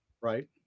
right